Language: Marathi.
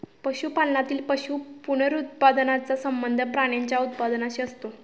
पशुपालनातील पशु पुनरुत्पादनाचा संबंध प्राण्यांच्या उत्पादनाशी असतो